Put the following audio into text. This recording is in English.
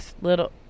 little